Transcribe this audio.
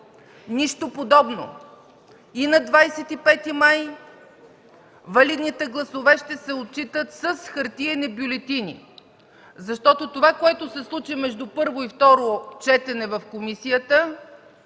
Нищо подобно! И на 25 май валидните гласове ще се отчитат с хартиени бюлетини, защото това, което се случи между първо и второ четене в комисията,